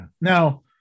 now